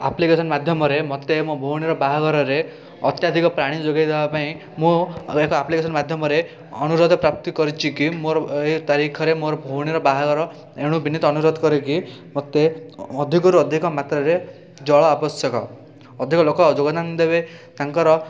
application ମାଧ୍ୟମରେ ମୋତେ ମୋ ଭଉଣୀର ବାହାଘରରେ ଅତ୍ୟାଧିକ ପାଣି ଯୋଗାଇ ଦେବାପାଇଁ ମୁଁ ଏକ ଆପ୍ଲିକେସନ୍ ମାଧ୍ୟମରେ ଅନୁରୋଧ ପ୍ରାପ୍ତି କରିଛି କି ମୋର ଏଇ ତାରିଖରେ ମୋର ଭଉଣୀର ବାହାଘର ଏଣୁ ବିନୀତ ଅନୁରୋଧ କରେକି ମୋତେ ଅଧିକରୁ ଅଧିକ ମାତ୍ରାରେ ଜଳ ଆବଶ୍ୟକ ଅଧିକ ଲୋକ ଯୋଗଦାନ ଦେବେ ତାଙ୍କର